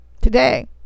Today